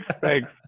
thanks